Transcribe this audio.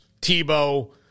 Tebow